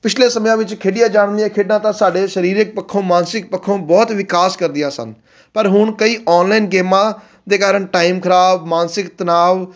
ਪਿਛਲੇ ਸਮਿਆਂ ਵਿੱਚ ਖੇਡੀਆਂ ਜਾਣ ਦੀਆਂ ਖੇਡਾਂ ਤਾਂ ਸਾਡੇ ਸਰੀਰਕ ਪੱਖੋਂ ਮਾਨਸਿਕ ਪੱਖੋਂ ਬਹੁਤ ਵਿਕਾਸ ਕਰਦੀਆਂ ਸਨ ਪਰ ਹੁਣ ਕਈ ਔਨਲਾਈਨ ਗੇਮਾਂ ਦੇ ਕਾਰਨ ਟਾਈਮ ਖਰਾਬ ਮਾਨਸਿਕ ਤਨਾਵ